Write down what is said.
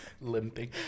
Limping